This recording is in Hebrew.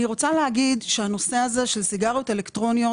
אני רוצה להגיד שהנושא הזה של סיגריות אלקטרוניות